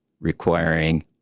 requiring